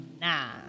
Nah